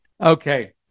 Okay